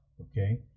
Okay